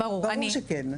ברור שכן.